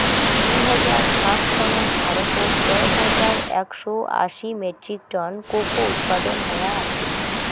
দুই হাজার সাত সনত ভারতত দশ হাজার একশও আশি মেট্রিক টন কোকো উৎপাদন হয়া আছিল